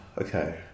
Okay